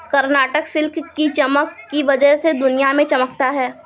Karnataka silk की चमक की वजह से दुनिया में चमकता है